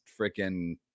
freaking